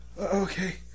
Okay